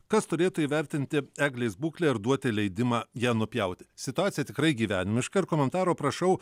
kas turėtų įvertinti eglės būklę ir duoti leidimą ją nupjauti situacija tikrai gyvenimiška ir komentaro prašau